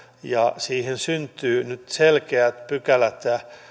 ja siihen syntyy nyt selkeät pykälät